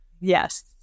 Yes